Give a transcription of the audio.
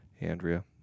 Andrea